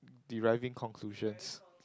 deriving conclusions